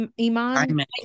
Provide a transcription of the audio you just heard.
Iman